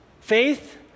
faith